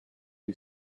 who